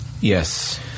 Yes